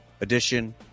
edition